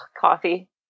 coffee